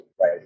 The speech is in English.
right